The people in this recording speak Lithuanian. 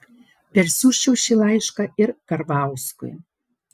persiųsčiau šį laišką ir karvauskui